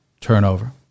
turnover